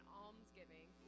almsgiving